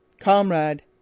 Comrade